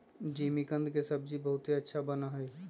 जिमीकंद के सब्जी बहुत अच्छा बना हई